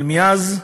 אבל מאז,